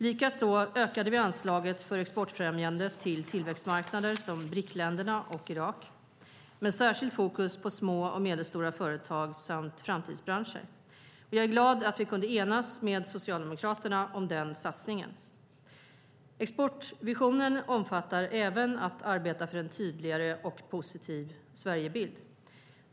Likaså ökade vi anslaget för exportfrämjande till tillväxtmarknader som BRIK-länderna och Irak med särskilt fokus på små och medelstora företag samt framtidsbranscher. Jag är glad att vi kunde enas med Socialdemokraterna om den satsningen. Exportvisionen omfattar även att arbeta för en tydligare och positiv Sverigebild.